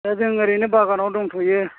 दा जों ओरैनो बागानाव दंथ'यो